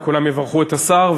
כולם יברכו את השר,